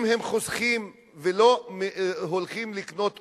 אם הם חוסכים ולא הולכים לקנות אוכל,